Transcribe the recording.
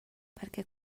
perquè